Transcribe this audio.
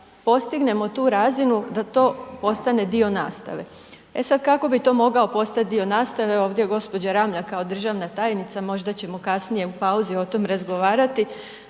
da, postignemo tu razinu, da to postane dio nastave. E sada, kako bi to mogao postati dio nastave, ovdje gđa. Ramljak, kao državna tajnica, možda ćemo kasnije, u pauzi o tome razgovarati,